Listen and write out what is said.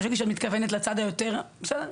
חשבתי שאת מתכוונת לצד היותר בסדר,